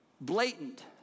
Blatant